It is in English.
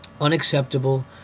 Unacceptable